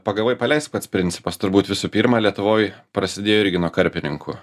pagavai paleisk pats principas turbūt visų pirma lietuvoj prasidėjo irgi nuo karpininkų